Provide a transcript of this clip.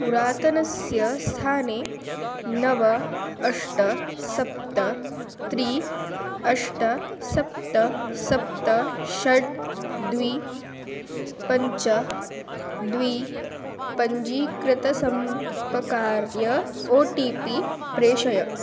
पुरातनस्य स्थाने नव अष्ट सप्त त्रीणि अष्ट सप्त सप्त षट् द्वे पञ्च द्वे पञ्जीकृतसम्पकार्य ओ टि पि प्रेषय